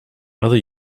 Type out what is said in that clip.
other